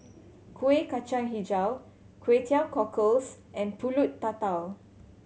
Kueh Kacang Hijau Kway Teow Cockles and Pulut Tatal